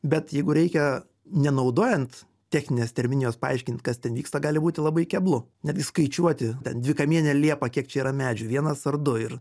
bet jeigu reikia nenaudojant techninės terminijos paaiškint kas ten vyksta gali būti labai keblu netgi skaičiuoti ten dvikamienė liepa kiek čia yra medžių vienas ar du ir